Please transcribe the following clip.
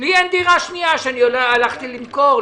לי אין דירה שנייה שהלכתי למכור,